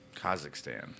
Kazakhstan